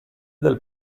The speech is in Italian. dal